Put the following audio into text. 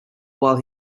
while